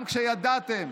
גם כשידעתם